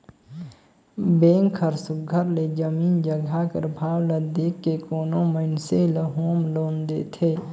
bank हर सुग्घर ले जमीन जगहा कर भाव ल देख के कोनो मइनसे ल होम लोन देथे